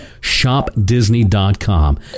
shopdisney.com